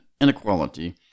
inequality